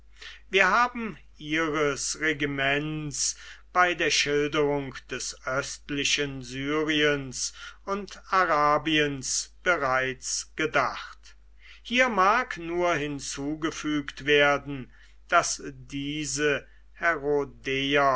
wir haben ihres regiments bei der schilderung des östlichen syriens und arabiens bereits gedacht hier mag nur hinzugefügt werden daß diese